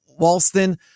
Walston